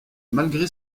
malgré